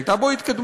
הייתה בו התקדמות.